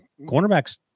cornerbacks